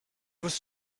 was